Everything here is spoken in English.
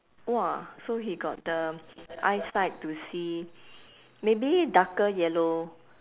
!wah! so he got the eyesight to see maybe darker yellow